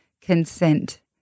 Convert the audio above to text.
consent